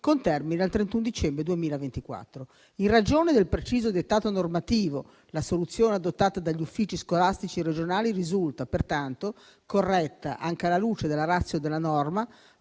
con termine al 31 dicembre 2024. In ragione del preciso dettato normativo, la soluzione adottata dagli uffici scolastici regionali risulta pertanto corretta, anche alla luce della *ratio* della norma